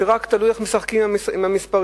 שרק תלוי איך משחקים עם המספרים.